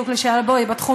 ואתם,